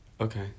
Okay